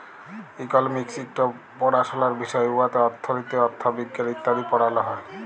economics ইকট পাড়াশলার বিষয় উয়াতে অথ্থলিতি, অথ্থবিজ্ঞাল ইত্যাদি পড়াল হ্যয়